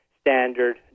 standard